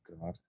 God